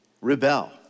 rebel